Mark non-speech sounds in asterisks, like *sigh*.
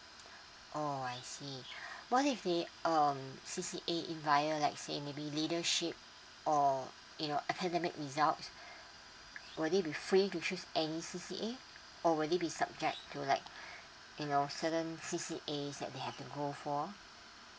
*breath* oh I see *breath* what if they um C_C_A in via like say maybe leadership or you know academic results *breath* will there be free to choose any C_C_A or will there be subject to like *breath* you know certain C_C_A that they have to go for